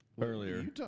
earlier